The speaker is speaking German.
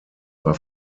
war